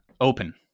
open